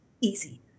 easy